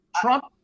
Trump